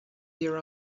your